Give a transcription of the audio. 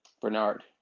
Bernard